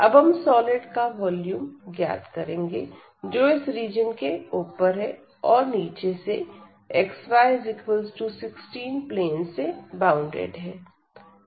अब हम सॉलिड का वॉल्यूम ज्ञात करेंगे जो इस रीजन के ऊपर है और नीचे से xy16 प्लेन से बॉउंडेड है